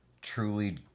truly